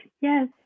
Yes